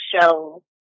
show